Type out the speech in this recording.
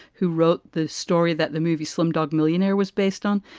who wrote the story that the movie slumdog millionaire was based on.